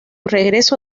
regreso